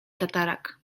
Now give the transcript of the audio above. tatarak